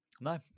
No